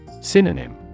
Synonym